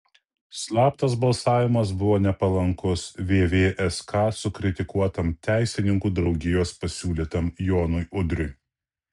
slaptas balsavimas buvo nepalankus vvsk sukritikuotam teisininkų draugijos pasiūlytam jonui udriui